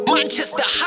Manchester